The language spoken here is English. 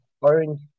orange